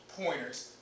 pointers